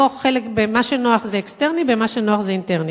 לא במה שנוח זה אקסטרני ובמה שנוח זה אינטרני.